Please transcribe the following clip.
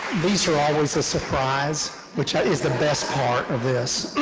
these are always a surprise, which is the best part of this.